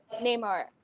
Neymar